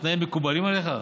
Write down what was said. התנאים מקובלים עליך?